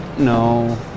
No